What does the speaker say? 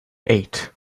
eight